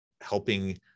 helping